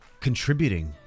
contributing